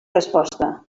resposta